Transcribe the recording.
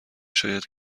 شاید